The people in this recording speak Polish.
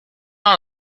mam